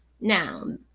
now